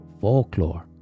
folklore